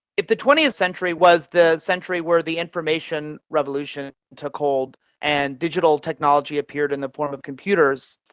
if the twentieth century was the century where the information revolution took hold and digital technology appeared in the form of computers,